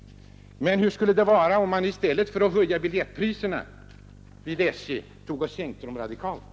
Men hur skulle det vara om man i stället för att höja biljettpriserna vid SJ sänkte dem radikalt?